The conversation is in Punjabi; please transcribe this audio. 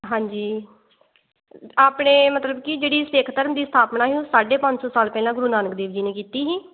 ਹਾਂਜੀ ਆਪਣੇ ਮਤਲਬ ਕਿ ਜਿਹੜੀ ਸਿੱਖ ਧਰਮ ਦੀ ਸਥਾਪਨਾ ਹੈ ਉਹ ਸਾਢੇ ਪੰਜ ਸੌ ਸਾਲ ਪਹਿਲਾਂ ਗੁਰੂ ਨਾਨਕ ਦੇਵ ਜੀ ਨੇ ਕੀਤੀ ਸੀ